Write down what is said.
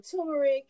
turmeric